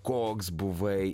koks buvai